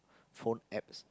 phone apps